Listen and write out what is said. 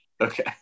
Okay